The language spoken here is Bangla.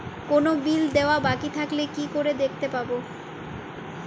কোনো বিল দেওয়া বাকী থাকলে কি করে দেখতে পাবো?